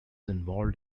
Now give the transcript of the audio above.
involved